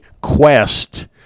quest